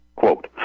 Quote